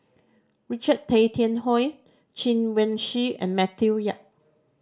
Richard Tay Tian Hoe Chen Wen Hsi and Matthew Yap